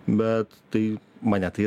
bet tai mane tai